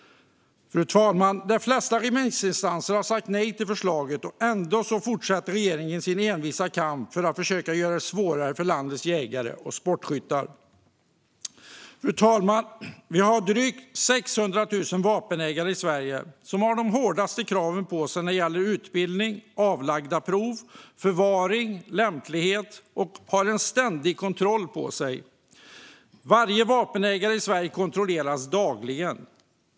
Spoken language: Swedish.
Fru talman! De flesta remissinstanser har sagt nej till förslaget. Ändå fortsätter regeringen sin envisa kamp för att försöka göra det svårare för landets jägare och sportskyttar. Fru talman! Vi har drygt 600 000 vapenägare i Sverige. De har de hårdaste krav på sig när det gäller utbildning, avlagda prov, förvaring och lämplighet. De har en ständig kontroll på sig. Varje vapenägare i Sverige kontrolleras dagligen.